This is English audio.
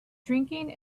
drinking